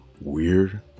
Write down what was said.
weird